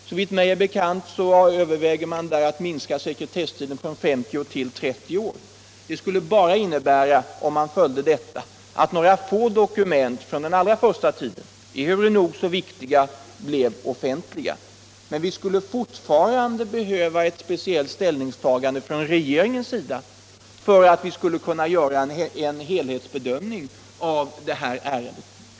Såvitt mig är bekant överväger man att minska sekretesstiden från 50 till 30 år. Följde man denna bestämmelse här skulle det innebära att bara några få dokument från den allra första tiden, ehuru nog så viktiga, bleve offentliga. Men vi skulle fortfarande behöva ett speciellt ställningstagande från regeringens sida för att kunna göra en helhetsbedömning av det här ärendet.